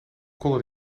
konden